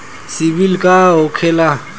सीबील का होखेला?